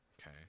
okay